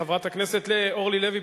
חברת הכנסת אורלי לוי,